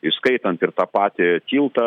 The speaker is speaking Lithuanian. įskaitant ir tą patį tiltą